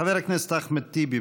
חבר הכנסת אחמד טיבי,